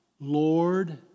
Lord